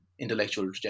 intellectual